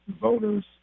voters